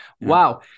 Wow